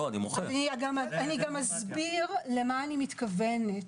אסביר למה אני מתכוונת.